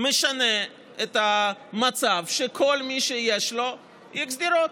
משנה את המצב של כל מי שיש לו X דירות.